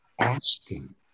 asking